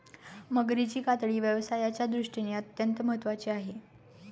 मगरीची कातडी व्यवसायाच्या दृष्टीने अत्यंत महत्त्वाची आहे